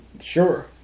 sure